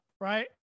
right